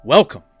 Welcome